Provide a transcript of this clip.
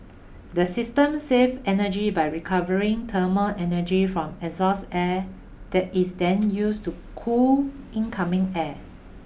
the system save energy by recovering thermal energy from exhaust air that is then used to cool incoming air